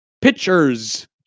Pitchers